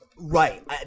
Right